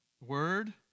Word